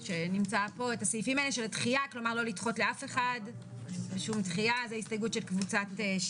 ולשם כך יש את חוק זכויות החולה,